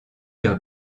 leurs